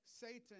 Satan